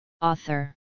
Author